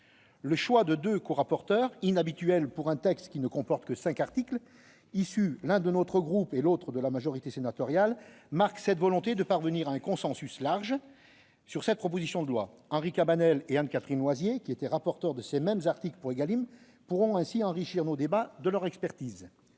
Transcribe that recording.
Le choix, inhabituel pour un texte qui ne comporte que cinq articles, de deux corapporteurs, issus l'un de notre groupe et l'autre de la majorité sénatoriale, marque cette volonté de parvenir à un consensus large sur cette proposition de loi. Henri Cabanel et Anne-Catherine Loisier, qui étaient rapporteurs de ces mêmes articles pour la loi Égalim, pourront ainsi enrichir nos débats de leur expertise.